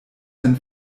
sen